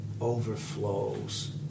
overflows